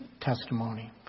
testimony